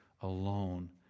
alone